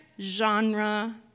genre